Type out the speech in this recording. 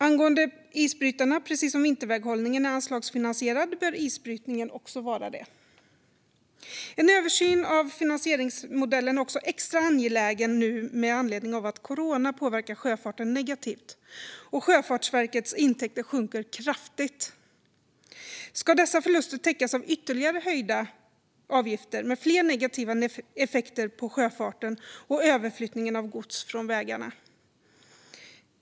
Angående isbrytarna bör de precis som vinterväghållningen vara anslagsfinansierade. En översyn av finansieringsmodellen är också extra angelägen nu, med anledning av att corona påverkar sjöfarten negativt. Sjöfartsverkets intäkter sjunker kraftigt. Ska dessa förluster täckas av ytterligare höjda avgifter med fler negativa effekter på sjöfarten och överflyttning av gods från vägarna?